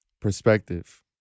perspective